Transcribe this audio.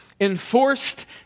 Enforced